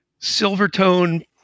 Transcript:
Silvertone